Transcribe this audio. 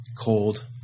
cold